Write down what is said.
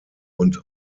und